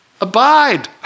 abide